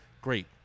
great